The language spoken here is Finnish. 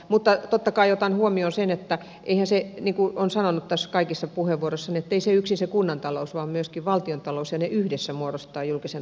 mutta totta kai otan huomioon sen niin kuin olen sanonut kaikissa puheenvuoroissani että ei se kuntatalous yksin vaan myöskin valtiontalous ja ne yhdessä muodostavat julkisen talouden